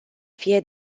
fie